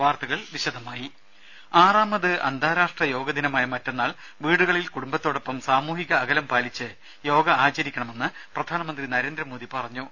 വാർത്തകൾ വിശദമായി ആറാമത് അന്താരാഷ്ട്ര യോഗദിനമായ മറ്റന്നാൾ വീടുകളിൽ കുടുംബത്തോടൊപ്പം സാമൂഹിക പാലിച്ച് യോഗ അകലം ആചരിക്കണമെന്ന് പ്രധാനമന്ത്രി നരേന്ദ്രമോദി പറഞ്ഞു